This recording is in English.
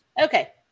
okay